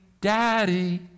Daddy